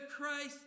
Christ